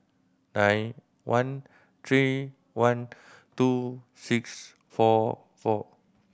nine one three one two six four four